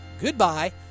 Goodbye